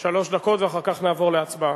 שלוש דקות, ואחר כך נעבור להצבעה.